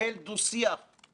שלא יוכנסו בו